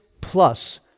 plus